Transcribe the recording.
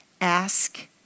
ask